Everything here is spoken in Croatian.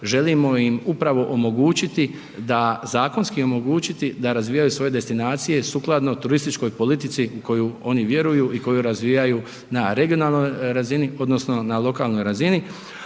želimo im upravo omogućiti da zakonski omogućiti da razvijaju svoje destinacije sukladno turističkoj politici u koju ono vjeruju i koju razvijaju na regionalnoj razini odnosno na lokalnoj razini,